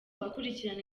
bakurikirana